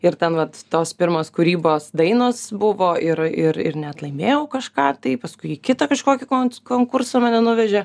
ir ten vat tos pirmos kūrybos dainos buvo ir ir ir net laimėjau kažką tai paskui į kitą kažkokį konc konkursą mane nuvežė